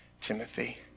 Timothy